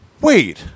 wait